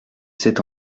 c’est